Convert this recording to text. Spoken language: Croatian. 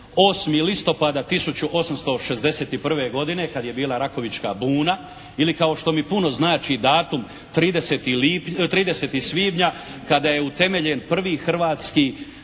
8. listopada 1861. godine, kad je bila Rakovička buna, ili kao što mi puno znači datum 30. svibnja kada je utemeljen prvi Hrvatski